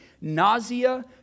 nausea